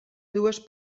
dues